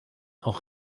auch